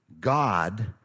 God